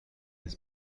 his